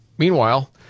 Meanwhile